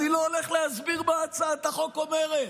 אני לא הולך להסביר מה הצעת החוק אומרת.